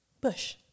Bush